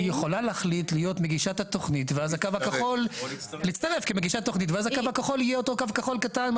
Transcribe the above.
היא יכולה להצטרף כמגישת התוכנית ואז הקו הכחול יהיה אותו קו כחול קטן,